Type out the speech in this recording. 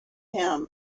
him